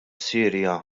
sirja